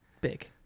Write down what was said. Big